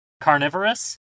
carnivorous